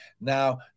Now